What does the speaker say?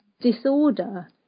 disorder